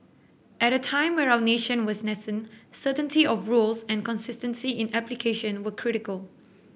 at a time where our nation was nascent certainty of rules and consistency in application were critical